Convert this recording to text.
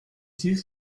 dit